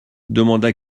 demanda